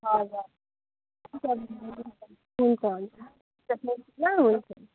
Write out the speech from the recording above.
हजुर हुन्छ हुन्छ